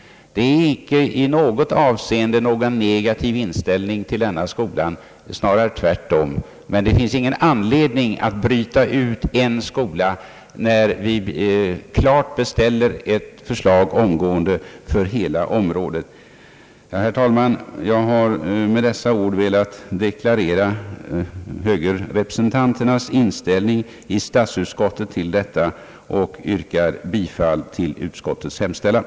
Utskottet har inte i något avseende en negativ inställning till denna skola utan snarare tvärtom, men det finns ingen anledning att bryta ut en skola, när vi klart beställer ett förslag omgående för hela området. Herr talman! Jag har med dessa ord velat deklarera högerrepresentanternas i statsutskottet inställning till detta och yrkar bifall till utskottets hemställan.